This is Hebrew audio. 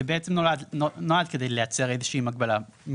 זה בעצם נועד כדי לייצר איזושהי מגבלה.